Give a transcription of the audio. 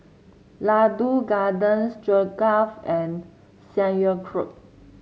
Ladoo Garden Stroganoff and Sauerkraut